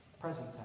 Present